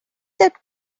that